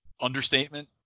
Understatement